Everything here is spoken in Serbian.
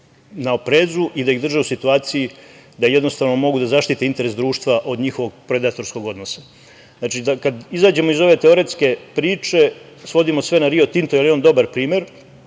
na oprezu i da ih drže u situaciji da jednostavno mogu da zaštite interes društva od njihovog predatorskog odnosa. Znači, kada izađemo iz ove teoretske priče, svodimo sve na „Rio Tinto“ jer je on dobar primer,